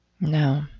No